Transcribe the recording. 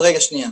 רגע, שנייה,